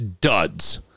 duds